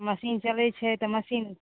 machine चलैत छै तऽ मशीन